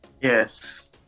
Yes